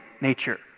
nature